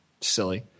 silly